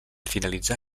finalitzar